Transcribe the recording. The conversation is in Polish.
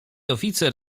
oficer